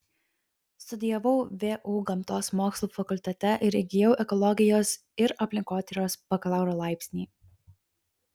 studijavau vu gamtos mokslų fakultete ir įgijau ekologijos ir aplinkotyros bakalauro laipsnį